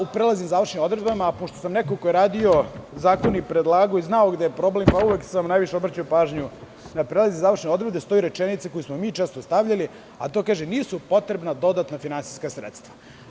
U prelaznim i završnim odredbama, pošto sam neko ko je radio zakonE, predlagao i znao gde je problem, uvek sam najviše pažnje obraćao na prelazne i završne odredbe, stoji rečenica koju smo mi često stavljali, a to je – nisu potrebna dodatna finansijska sredstva.